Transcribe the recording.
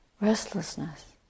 restlessness